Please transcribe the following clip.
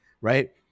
right